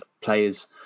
players